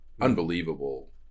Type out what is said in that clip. unbelievable